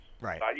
Right